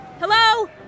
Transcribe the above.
Hello